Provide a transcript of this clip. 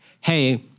hey